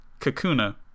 Kakuna